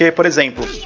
yeah for exemple,